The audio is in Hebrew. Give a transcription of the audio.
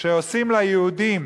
שעושים ליהודים